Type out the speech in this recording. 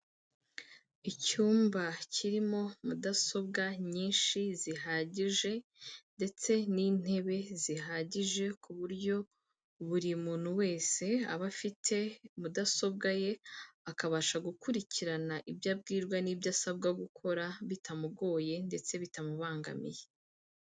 Icyumba kirimo mudasobwa nyinshi zihagije ndetse n'intebe zihagije ku buryo buri muntu wese aba afite mudasobwa ye, akabasha gukurikirana ibyo abwirwa n'ibyo asabwa gukora bitamugoye ndetse bitamubangamiye.